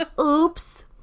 Oops